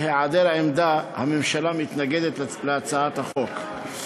בהיעדר עמדה, הממשלה מתנגדת להצעת החוק.